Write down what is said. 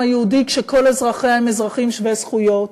היהודי כשכל אזרחיה הם אזרחים שווי זכויות.